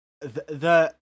the-